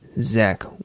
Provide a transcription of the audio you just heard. Zach